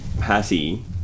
patty